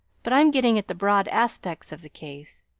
but i'm getting at the broad aspects of the case.